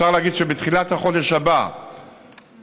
אפשר להגיד שבתחילת החודש הבא יושלם